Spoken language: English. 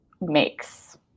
makes